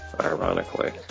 Ironically